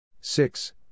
six